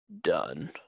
done